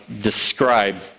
describe